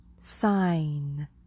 sign